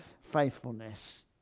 faithfulness